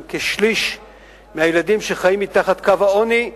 שבה כשליש מהילדים חיים מתחת לקו העוני,